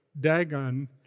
Dagon